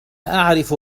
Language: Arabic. أعرف